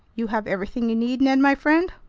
you have everything you need, ned my friend?